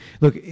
look